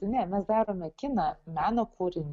ne mes darome kiną meno kūrinį